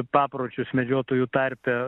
papročius medžiotojų tarpe